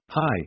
hi